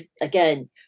again